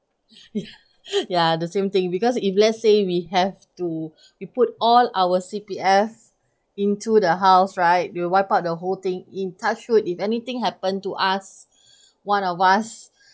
ya the same thing because if let's say we have to we put all our C_P_F into the house right they'll wipe out the whole thing in touch wood if anything happen to us one of us